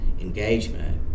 engagement